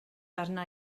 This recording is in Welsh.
arna